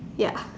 ya